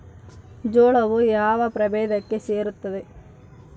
ಜೋಳವು ಯಾವ ಪ್ರಭೇದಕ್ಕೆ ಸೇರುತ್ತದೆ?